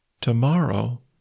Tomorrow